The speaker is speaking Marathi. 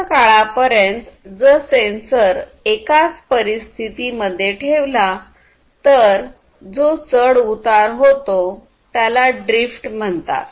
दीर्घ काळापर्यंत जर सेंसर एकाच परिस्थिती मध्ये ठेवला तर् जो चढउतार होतो त्याला ड्रीफ्ट म्हणतात